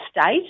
state